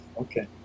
Okay